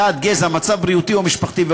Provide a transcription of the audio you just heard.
דת, גזע ומצב בריאותי או משפחתי.